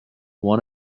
one